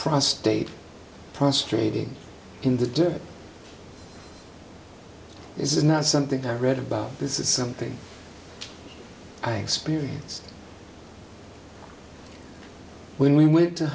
prostate prostrating in the dirt is not something i read about this is something i experience when we went to